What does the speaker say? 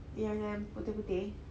ya yang yang putih-putih